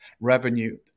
revenue